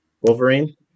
Wolverine